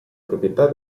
proprietà